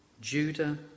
Judah